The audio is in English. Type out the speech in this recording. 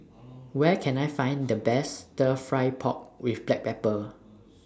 Where Can I Find The Best Stir Fry Pork with Black Pepper